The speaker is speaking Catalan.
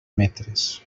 metres